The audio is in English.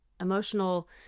emotional